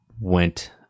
went